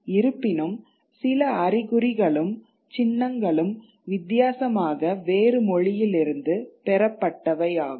இருப்பினும் சில அறிகுறிகளும் சின்னங்களும் வித்தியாசமாக வேறு மொழியிலிருந்து பெறப்பட்டவை ஆகும்